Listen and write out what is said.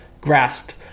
grasped